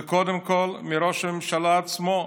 וקודם כול מראש הממשלה עצמו,